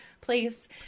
place